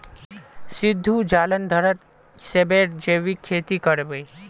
सिद्धू जालंधरत सेबेर जैविक खेती कर बे